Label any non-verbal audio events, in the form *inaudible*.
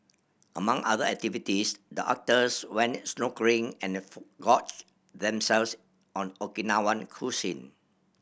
among other activities the actors went snorkelling and *unintelligible* gorged themselves on Okinawan cuisine